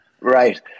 right